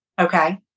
okay